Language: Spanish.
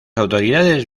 autoridades